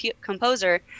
composer